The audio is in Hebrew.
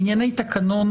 בענייני תקנון,